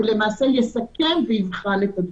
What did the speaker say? שלמעשה יסכם ויבחן את הדברים.